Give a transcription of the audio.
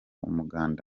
umuganda